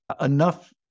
enough